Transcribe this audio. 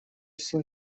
сын